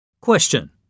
Question